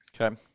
Okay